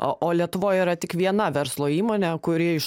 o lietuvoj yra tik viena verslo įmonė kurie iš